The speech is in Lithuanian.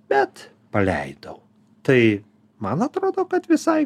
bet paleidau tai man atrodo kad visai